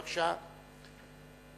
בבקשה,